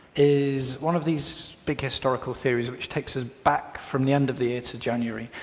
is one of these big historical theories which takes us back from the end of the year to january,